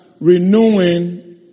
renewing